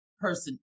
person